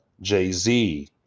Jay-Z